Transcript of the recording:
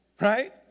Right